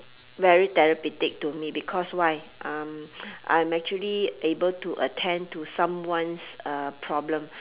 very therapeutic to me because why um I'm actually able to attend to someone's uh problems